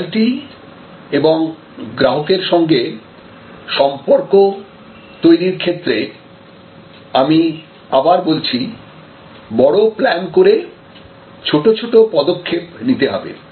loyalty এবং গ্রাহকের সঙ্গে সম্পর্ক তৈরীর ক্ষেত্রে আমি আবার বলছি বড় প্ল্যান করে ছোট ছোট পদক্ষেপ নিতে হবে